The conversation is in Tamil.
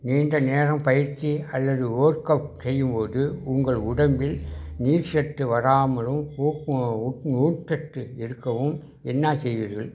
நீண்ட நேரம் பயிற்சி அல்லது ஓர்க் அவுட் செய்யும் போது உங்கள் உடம்பில் நீர்சத்து வராமலும் ஊ ஊட் ஊட்சத்து இருக்கவும் என்ன செய்வீர்கள்